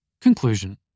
Conclusion